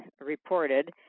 reported